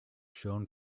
shown